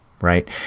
right